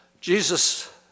Jesus